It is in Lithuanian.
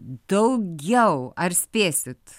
daugiau ar spėsit